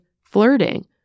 flirting